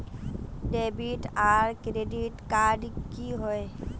Debit आर credit card की होय?